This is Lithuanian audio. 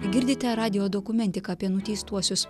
girdite radijo dokumentiką apie nuteistuosius